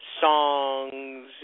songs